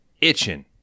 itching